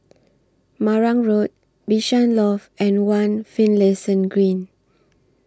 Marang Road Bishan Loft and one Finlayson Green